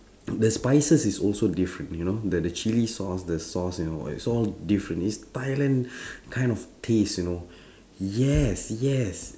the spices is also different you know the the chili sauce the sauce and all is all different is thailand kind of taste you know yes yes